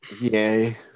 yay